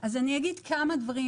אגיד כמה דברים,